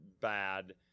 bad